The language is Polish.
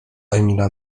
emila